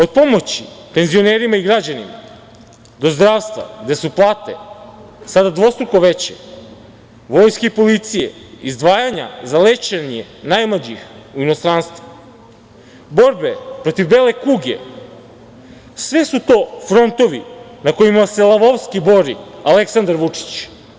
Od pomoći penzionerima i građanima do zdravstva, gde su plate sada dvostruko veće, vojske i policije, izdvajanja za lečenje najmlađih u inostranstvu, borbe protiv bele kuge, sve su to frontovi na kojima se lavovski bori Aleksandar Vučić.